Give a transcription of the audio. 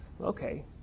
Okay